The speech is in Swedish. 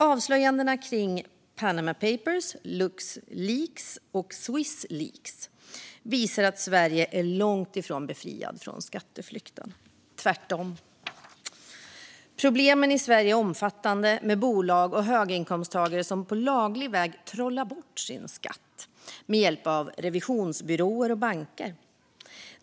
Avslöjandena kring Panama Papers, Lux Leaks och Swiss Leaks visar att Sverige är långt ifrån befriat från skatteflykt. Tvärtom är problemen i Sverige omfattande med bolag och höginkomsttagare som på laglig väg trollar bort sin skatt med hjälp av revisionsbyråer och banker.